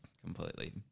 completely